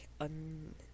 on